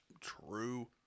true